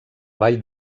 vall